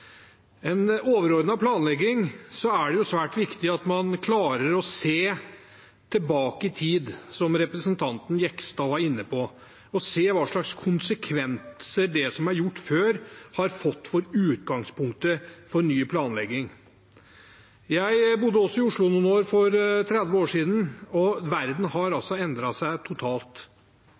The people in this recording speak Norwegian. en overordnet planlegging er det svært viktig at man klarer å se tilbake i tid – som representanten Jegstad var inne på – og se hva slags konsekvenser det som er gjort før, har fått for utgangspunktet for ny planlegging. Jeg bodde i Oslo i noen år også for 30 år siden. Verden har endret seg totalt.